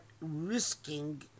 risking